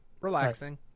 relaxing